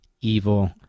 evil